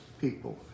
people